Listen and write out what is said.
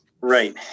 right